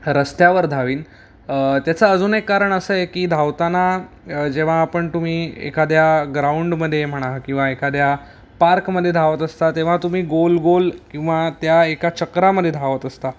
रस्त्यावर धावीन त्याचं अजून एक कारण असं आहे की धावताना जेव्हा आपण तुम्ही एखाद्या ग्राऊंडमध्ये म्हणा किंवा एखाद्या पार्कमध्ये धावत असता तेव्हा तुम्ही गोल गोल किंवा त्या एका चक्रामधे धावत असता